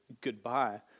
goodbye